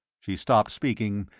she stopped speaking,